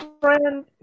friend